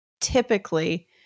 typically